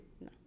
No